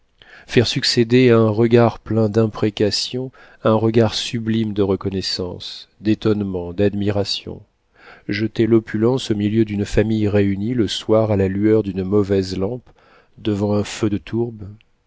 faire succéder à un regard plein d'imprécations un regard sublime de reconnaissance d'étonnement d'admiration jeter l'opulence au milieu d'une famille réunie le soir à la lueur d'une mauvaise lampe devant un feu de tourbe